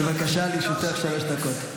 בבקשה, לרשותך שלוש דקות.